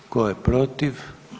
Tko je protiv?